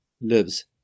lives